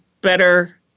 better